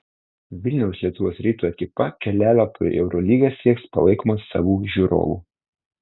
vilniaus lietuvos ryto ekipa kelialapio į eurolygą sieks palaikoma savų žiūrovų